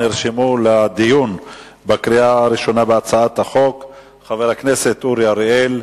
נרשמו לדיון בקריאה ראשונה להצעת החוק חבר הכנסת אורי אריאל,